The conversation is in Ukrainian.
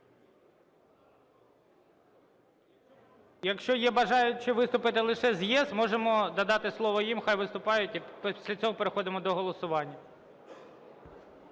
Якщо є бажаючі виступити лише з "ЄС", можемо надати слово їм, хай виступають і після цього переходимо до голосування.